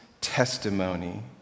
testimony